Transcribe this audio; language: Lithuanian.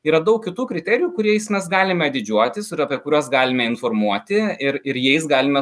yra daug kitų kriterijų kuriais mes galime didžiuotis ir apie kuriuos galime informuoti ir ir jais galime